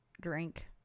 drink